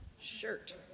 shirt